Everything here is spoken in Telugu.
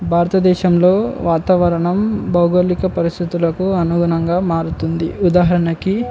భారతదేశంలో వాతావరణం భౌగోళిక పరిస్థితులకు అనుగుణంగా మారుతుంది ఉదాహరణకి